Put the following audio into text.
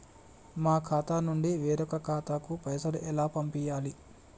మా ఖాతా నుండి వేరొక ఖాతాకు పైసలు ఎలా పంపియ్యాలి?